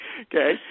Okay